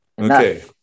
okay